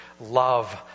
love